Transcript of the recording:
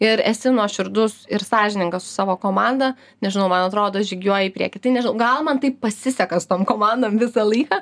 ir esi nuoširdus ir sąžiningas su savo komanda nežinau man atrodo žygiuoji į priekį tai nežinau gal man taip pasiseka su tom komandom visą laiką